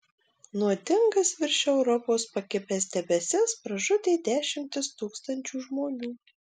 nuodingas virš europos pakibęs debesis pražudė dešimtis tūkstančių žmonių